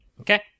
Okay